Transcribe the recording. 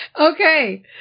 Okay